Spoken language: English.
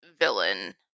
villain